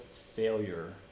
failure